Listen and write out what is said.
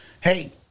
hey